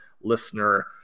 listener